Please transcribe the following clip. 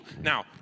Now